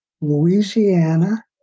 Louisiana